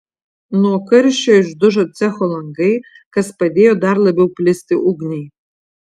nuo karščio išdužo cecho langai kas padėjo dar labiau plisti ugniai